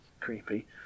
creepy